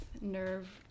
nerve